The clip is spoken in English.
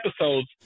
episodes